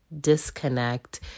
disconnect